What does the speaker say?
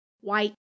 white